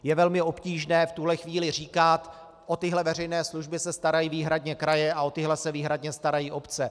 Je velmi obtížné v tuto chvíli říkat: o tyhle veřejné služby se starají výhradně kraje a o tyhle se výhradně starají obce.